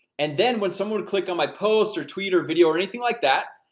and then when someone would click on my post, or tweet, or video, or anything like that,